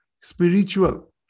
spiritual